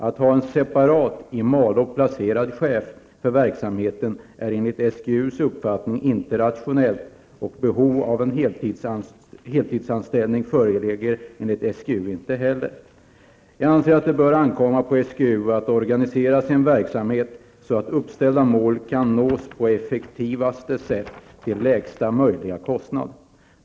Att ha en separat, i Malå placerad, chef för verksamheten är enligt SGUs uppfattning inte rationellt, och behov av en heltidsanställning föreligger enligt SGU inte heller. Jag anser att det bör ankomma på SGU att organisera sin verksamhet så att uppställda mål kan nås på effektivaste sätt och till lägsta möjliga kostnad.